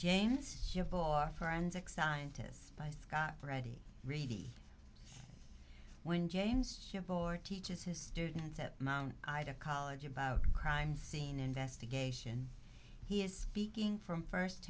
our forensic scientists by scott ready reidy when james boyer teaches his students at mount ida college about crime scene investigation he is speaking from first